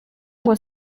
ngo